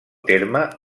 terme